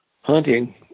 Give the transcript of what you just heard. hunting